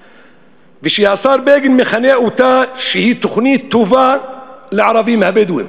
ושהשר בגין מכנה אותה: תוכנית טובה לערבים הבדואים.